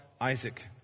Isaac